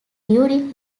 during